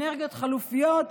אנרגיות חלופיות,